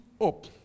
up